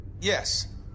Yes